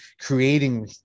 creating